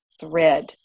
thread